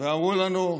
ואמרו לנו: